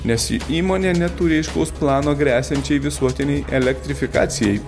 nes įmonė neturi aiškaus plano gresiančiai visuotinei elektrifikacijai